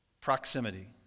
proximity